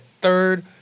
third